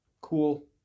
Cool